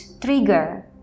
trigger